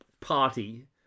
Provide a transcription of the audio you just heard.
party